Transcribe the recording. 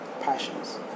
passions